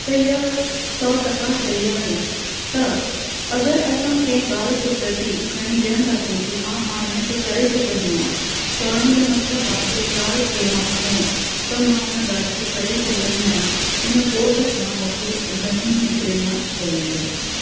त इअ ॻाल्हि सौ टका सही आहे त अगरि असां कंहिं ॻाल्हि खे प्रति खणी विहंदासीं की हा मां हिन खे करे सघंदी आहियां चवण जो मतिलबु आहे जंहिं ॻाल्हि खे मां खंयो त मां हुन ॻाल्हि खे करे सघंदी आहियां हिन कोट सां मूंखे घणी ई प्रेरणा मिलंदी आहे